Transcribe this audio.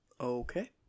Okay